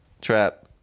Trap